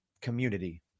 community